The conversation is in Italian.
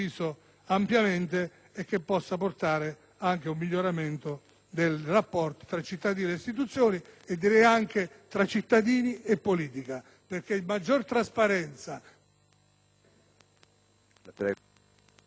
ampiamente condiviso e portare anche a un miglioramento del rapporto tra cittadini e istituzioni e anche tra cittadini e politica, perché maggiore trasparenza,